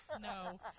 no